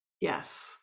yes